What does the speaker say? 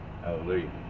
Hallelujah